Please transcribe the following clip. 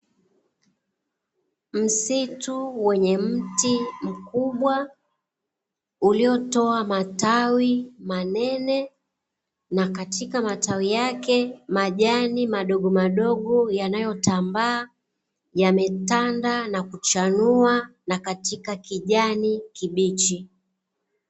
Msitu wenye mti mkubwa, uliotoa matawi manene, na katika matawi yake majani madogomadogo yanayotambaa yametanda na kuchanua, na katika kijani kibichi.